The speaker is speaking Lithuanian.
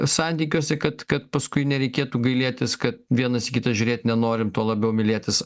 santykiuose kad kad paskui nereikėtų gailėtis kad vienas į kitą žiūrėt nenorim tuo labiau mylėtis